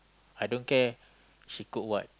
I don't care she cook what